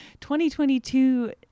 2022